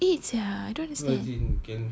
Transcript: why eight to eight sia I don't understand